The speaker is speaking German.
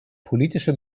politische